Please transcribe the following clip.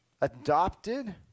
adopted